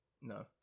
No